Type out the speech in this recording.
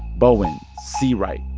bowing, c. wright,